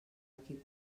qui